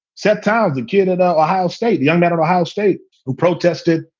set out to get it. ah ohio state young man at ohio state who protested.